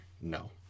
No